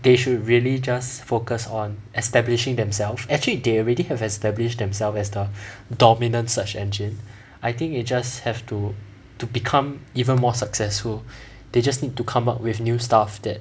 they should really just focus on establishing themselves actually they already have established themselves as the dominant search engine I think it just have to to become even more successful they just need to come up with new stuff that